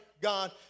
God